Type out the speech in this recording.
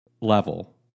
level